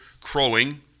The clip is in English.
crowing